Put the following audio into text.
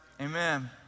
amen